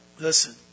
Listen